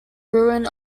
ruin